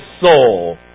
soul